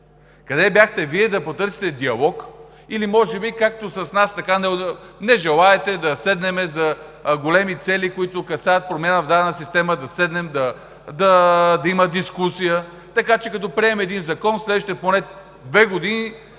Къде бяхте Вие да потърсите диалог или може би, както с нас не желаете да седнем и за големи цели, които касаят промяна в дадена система, да седнем, да има дискусия, така че като приемем един закон, в следващите поне две години